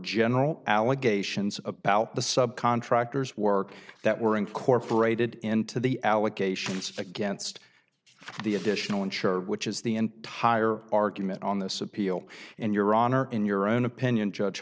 general allegations about the subcontractors work that were incorporated into the allegations against the additional insured which is the entire argument on this appeal in your honor in your own opinion judge